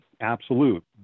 absolute